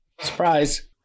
Surprise